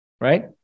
right